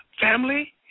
family